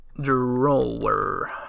drawer